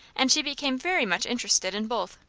and she became very much interested in both.